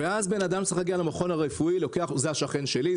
ואז אדם צריך להגיע למכון הרפואי זה השכן שלי,